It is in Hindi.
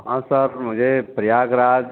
हाँ साहब मुझे प्रयागराज